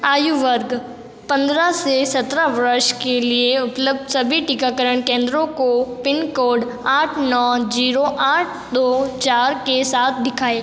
आयु वर्ध पंद्रह से सत्रह वर्ष के लिए उपलब्ध सभी टीकाकरण केंद्रों को पिनकोड आठ नौ जीरो आठ दो चार के साथ दिखाएँ